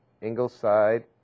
Ingleside